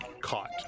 caught